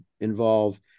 involve